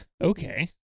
Okay